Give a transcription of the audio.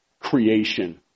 creation